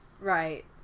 Right